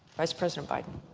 vice president biden